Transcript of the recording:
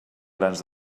grans